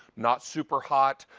not super hot.